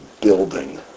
building